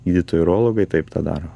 gydytojai urologai taip tą daro